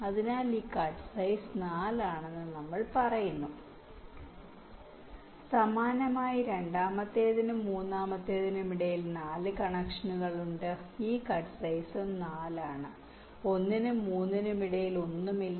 അതിനാൽ ഈ cut size 4 ആണെന്ന് നമ്മൾ പറയുന്നു സമാനമായി രണ്ടാമത്തേതിനും മൂന്നാമതേതിനുo ഇടയിൽ 4 കണക്ഷനുകളുണ്ട് ഈ കട്ട് സൈസും 4 ആണ് ഒന്നിനും മൂന്നിനും ഇടയിൽ ഒന്നും ഇല്ല